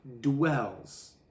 dwells